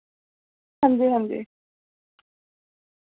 हांजी हांजी